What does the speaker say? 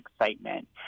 excitement